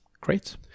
great